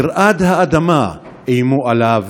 תרעד האדמה, איימו עליו